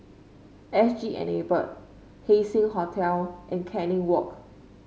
S G Enable Haising Hotel and Canning Walk